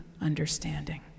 understanding